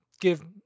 give